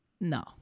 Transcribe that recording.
no